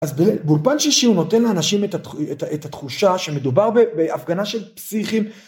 אז באולפן שישי הוא נותן לאנשים את התחושה שמדובר בהפגנה של פסיכים.